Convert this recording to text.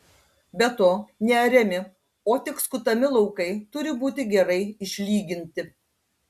be to neariami o tik skutami laukai turi būti gerai išlyginti